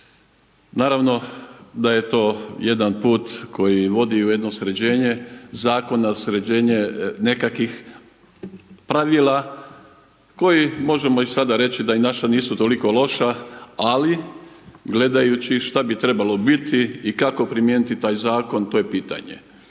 naravno da je to jedan put koji vodi u jedno sređenje zakona, sređenje nekakvih pravila koji možemo i sada reći da i naša nisu toliko loša ali gledajući šta bi trebalo biti i kako primijeniti taj zakon, to je pitanje.